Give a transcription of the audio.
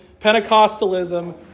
Pentecostalism